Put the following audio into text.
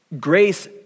grace